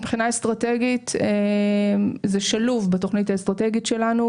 מבחינה אסטרטגית זה שלוב בתכנית האסטרטגית שלנו.